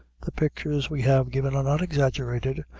the pictures we have given are exaggerated,